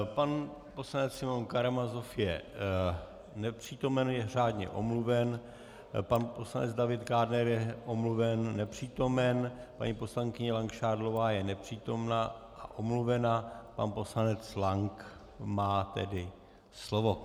Pan poslanec Simeon Karamazov je nepřítomen, je řádně omluven, pan poslanec David Kádner je omluven, nepřítomen, paní poslankyně Langšádlová je nepřítomna a omluvena, pan poslanec Lank má tedy slovo.